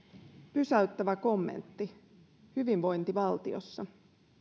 pysäyttävä kommentti hyvinvointivaltiossa